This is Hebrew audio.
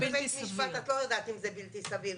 בבתי משפט את לא יודעת אם זה בלתי סביר.